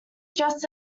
just